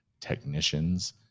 technicians